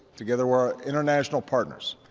together with our international partners,